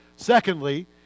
Secondly